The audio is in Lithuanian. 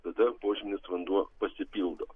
tada požeminis vanduo pasipildo